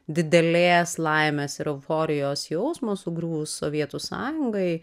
didelės laimės ir euforijos jausmo sugriuvus sovietų sąjungai